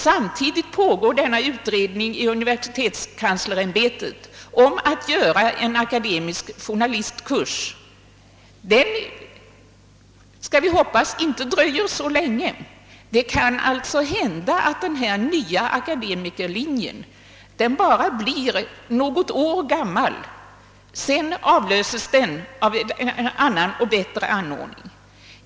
Samtidigt pågår en utredning i universitetskanslersämbetet om en akademisk journalistkurs, som — får vi hoppas — inte skall ta så lång tid. Det kan alltså hända att den nya akademikerlinjen bara blir något år gammal och sedan ersättes av en annan och bättre anordning.